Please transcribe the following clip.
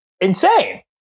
insane